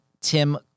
Tim